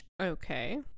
Okay